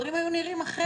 והדברים היו נראים אחרת.